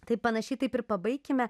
tai panašiai taip ir pabaikime